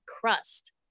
crust